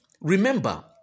Remember